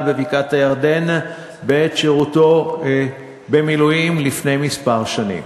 בבקעת-הירדן בעת שירותו במילואים לפני כמה שנים.